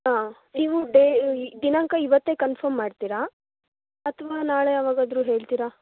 ಹಾಂ ನೀವು ಡೇ ದಿನಾಂಕ ಇವತ್ತೆ ಕನ್ಫಮ್ ಮಾಡ್ತೀರಾ ಅಥವಾ ನಾಳೆ ಯಾವಾಗಾದ್ರು ಹೇಳ್ತೀರಾ